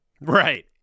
right